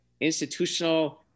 institutional